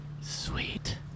Sweet